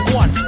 one